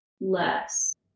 less